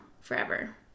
forever